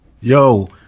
Yo